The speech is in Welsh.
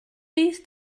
fydd